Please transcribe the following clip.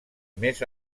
més